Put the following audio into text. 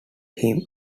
him